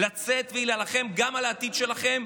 לצאת ולהילחם גם על העתיד שלכם,